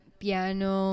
piano